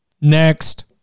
Next